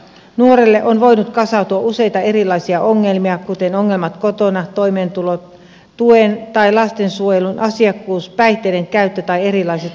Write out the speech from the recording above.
nuorelle on voinut kasautua useita erilaisia ongelmia kuten ongelmat kotona toimeentulotuen tai lastensuojelun asiakkuus päihteiden käyttö tai erilaiset oppimisvaikeudet